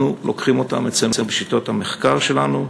אנחנו עוסקים בהם אצלנו בשיטות המחקר שלנו.